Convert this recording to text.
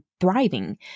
thriving